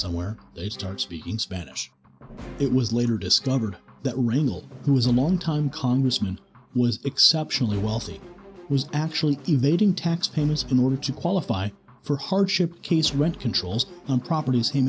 somewhere they start speaking spanish it was later discovered that rendell who is a longtime congressman was exceptionally wealthy was actually evading tax payments in order to qualify for hardship case rent controls on properties he